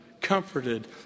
comforted